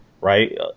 right